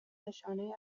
نشانهای